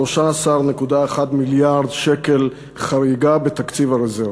13.1 מיליארד שקל חריגה בתקציב הרזרבה.